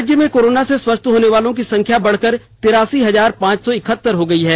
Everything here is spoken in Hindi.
राज्य में कोरोना से स्वस्थ होने वालों की संख्या बढ़कर तिरासी हजार पांच सौ इकहतर हो गई है